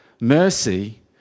Mercy